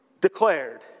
declared